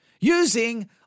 Using